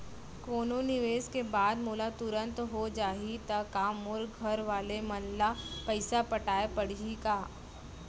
कोनो निवेश के बाद मोला तुरंत हो जाही ता का मोर घरवाले मन ला पइसा पटाय पड़ही का?